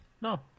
No